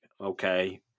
okay